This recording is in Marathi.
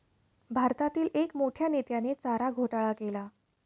भारतातील एक मोठ्या नेत्याने चारा घोटाळा केला